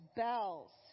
bells